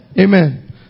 Amen